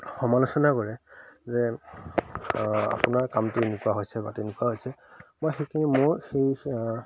সমালোচনা কৰে যে আপোনাৰ কামটো এনেকুৱা হৈছে বা তেনেকুৱা হৈছে মই সেইখিনি মোৰ সেই